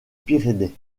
pyrénées